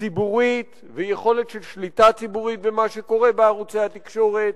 ציבורית ויכולת של שליטה ציבורית במה שקורה בערוצי התקשורת,